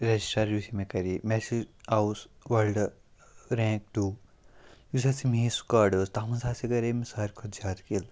register یُس یہِ مےٚ کَرے مےٚ ہاسے آوُس وٲلڈٕ رینٛک ٹوٗ یُس ہَسا میٛٲنۍ سُکاڈ ٲس تَتھ منٛز ہاسے کَرے مےٚ ساروی کھۄتہٕ زیادٕ قِل